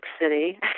city